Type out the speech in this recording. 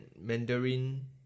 Mandarin